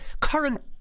current